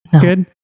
good